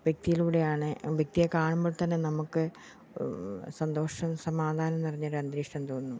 വ്യക്തിയിലൂടെയാണ് വ്യക്തിയെ കാണുമ്പോൾ തന്നെ നമുക്ക് സന്തോഷം സമാധാനം നിറഞ്ഞൊരു അന്തരീക്ഷം തോന്നുന്നു